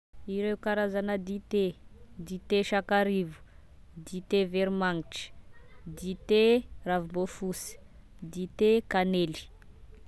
Ireo karazana dite: dite sakarivo, dite veromagnitry, dite ravimboafosy, dite kanely.